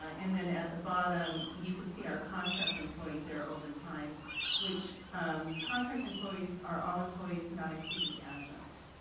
and then at the bottom you can see our contract employees there over time which um contract employees are all employees, not including adjunct.